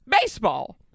baseball